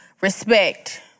respect